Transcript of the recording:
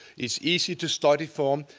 it's easy to study form.